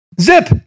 Zip